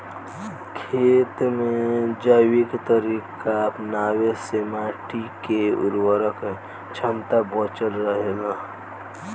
खेत में जैविक तरीका अपनावे से माटी के उर्वरक क्षमता बचल रहे ला